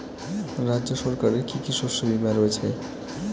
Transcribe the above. রাজ্য সরকারের কি কি শস্য বিমা রয়েছে?